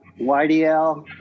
YDL